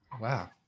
Wow